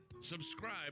Subscribe